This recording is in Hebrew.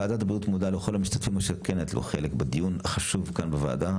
וועדת בריאות מודה לכל המשתתפים שכן היו פה חלק בדיון החשוב כאן בוועדה.